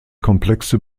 komplexe